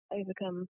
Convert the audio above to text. overcome